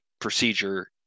procedure